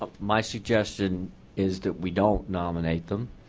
ah my suggestion is that we don't nominate them.